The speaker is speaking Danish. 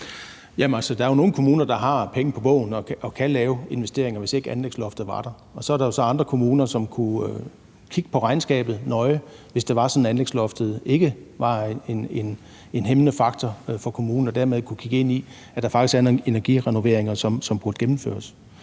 Der er jo nogle kommuner, der har penge på bogen, og som kunne lave investeringer, hvis ikke anlægsloftet var der. Og så er der så andre kommuner, som kunne kigge nøje på regnskabet, hvis det var sådan, at anlægsloftet ikke var en hæmmende faktor for kommunen, så de dermed kunne kigge ind i, at der faktisk ville være nogle energirenoveringer, som burde gennemføres.